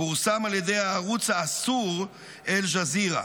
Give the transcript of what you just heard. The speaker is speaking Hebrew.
פורסם על ידי הערוץ האסור אל-ג'זירה.